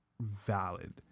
valid